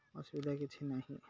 ଅସୁବିଧା କିଛି ନାହିଁ